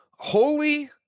holy